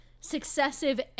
successive